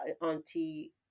auntie